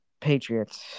Patriots